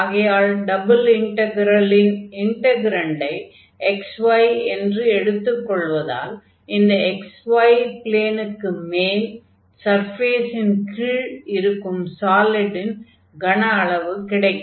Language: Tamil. ஆகையால் டபுள் இன்டக்ரலின் இன்டக்ரன்டை xy என்று எடுத்துக் கொள்வதால் இந்த xy ப்ளேனுக்கு மேல் சர்ஃபேஸின் கீழ் இருக்கும் சாலிடின் கன அளவு கிடைக்கும்